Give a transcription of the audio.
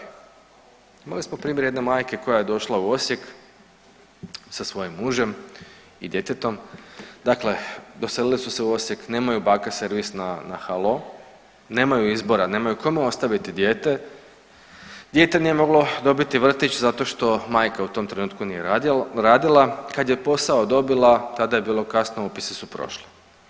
Imali smo primjer jedne majke koja je došla u Osijek sa svojim mužem i djetetom, dakle doselili su se u Osijek, nemaju baka servis na halo, nemaju izbora, nemaju kome ostaviti dijete, dijete nije moglo dobiti vrtić zato što majka u tom trenutku nije radila, kad je posao dobila, tada je bilo kasno, upisi su prošli.